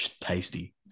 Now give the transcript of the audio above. tasty